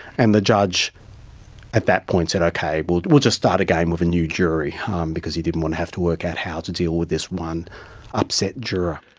and the judge at that point said, okay, we'll we'll just start again with a new jury um because he didn't want to have to work out how to deal with this one upset juror.